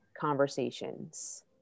conversations